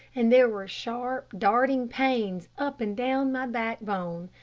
and there were sharp, darting pains up and down my backbone.